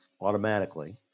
automatically